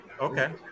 okay